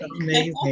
Amazing